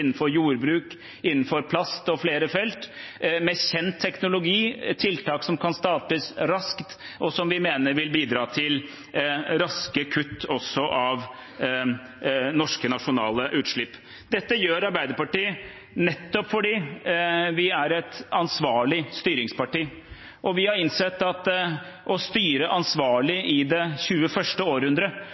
jordbruk, plast og flere andre felt, med kjent teknologi. Dette er tiltak som kan startes raskt, og som vi mener vil bidra til raske kutt av norske, nasjonale utslipp. Dette gjør Arbeiderpartiet fordi vi er et ansvarlig styringsparti. Vi har innsett at å styre ansvarlig i det 21. århundret